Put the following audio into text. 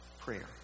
prayer